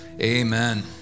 amen